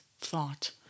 thought